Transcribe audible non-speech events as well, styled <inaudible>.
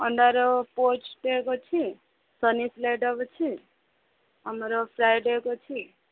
ଅଣ୍ଡାର poached egg ଅଛି ସନି <unintelligible> ଅଛି ଆମର ଫ୍ରାଏଡ଼୍ ଏଗ୍ ଅଛି